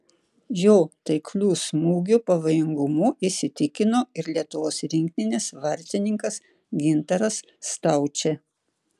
jo taiklių smūgių pavojingumu įsitikino ir lietuvos rinktinės vartininkas gintaras staučė